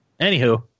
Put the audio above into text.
Anywho